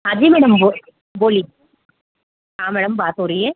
हाँ जी मैडम जी बोलिए हाँ मैम बात हो रही है